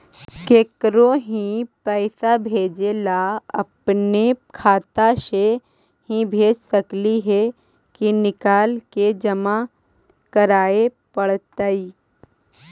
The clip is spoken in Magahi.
केकरो ही पैसा भेजे ल अपने खाता से ही भेज सकली हे की निकाल के जमा कराए पड़तइ?